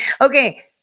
Okay